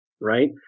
right